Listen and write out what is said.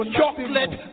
chocolate